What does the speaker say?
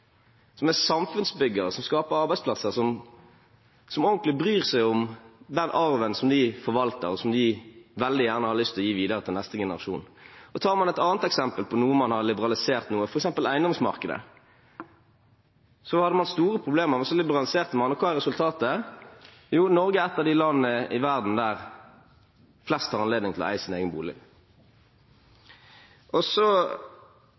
som er samfunnsbyggere, som skaper arbeidsplasser, og som virkelig bryr seg om arven de forvalter og veldig gjerne vil gi videre til neste generasjon. Tar man et annet eksempel på noe man har liberalisert noe, f.eks. eiendomsmarkedet, så hadde man store problemer, men så liberaliserte man, og hva er resultatet? Jo, Norge er et av de landene i verden der flest har anledning til å eie sin egen bolig. Så